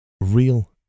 real